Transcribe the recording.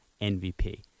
MVP